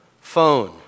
phone